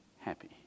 happy